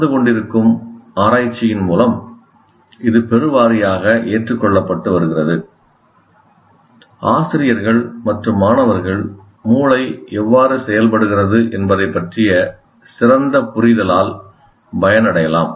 நடந்துகொண்டிருக்கும் ஆராய்ச்சியின் மூலம் இது பெருவாரியாக ஏற்றுக்கொள்ளப்பட்டு வருகிறது ஆசிரியர்கள் மற்றும் மாணவர்கள் மூளை எவ்வாறு செயல்படுகிறது என்பதைப் பற்றிய சிறந்த புரிதலால் பயனடையலாம்